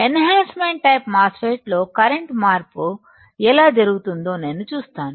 ఎన్ హాన్సమెంట్ type MOSFET లో current మార్పు ఎలా జరుగుతుందో నేను చూస్తాను